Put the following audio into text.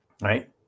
right